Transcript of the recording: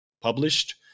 published